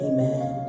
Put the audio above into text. Amen